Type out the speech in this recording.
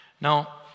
Now